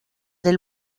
del